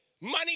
money